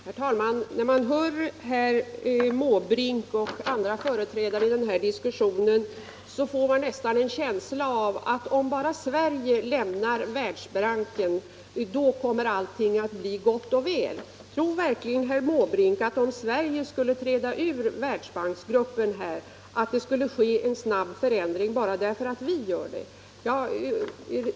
Herr talman! När man hör herr Måbrink och andra företrädare för vänsterpartiet kommunisterna i denna diskussion, får man nästan en känsla av att om bara Sverige lämnar Världsbanken kommer allt att bli gott och väl. Tror verkligen herr Måbrink att, om Sverige skulle träda ur Världsbanksgruppen, det skulle ske en snabb förändring bara därför att vi går ur?